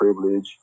privilege